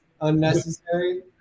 unnecessary